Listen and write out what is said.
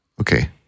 Okay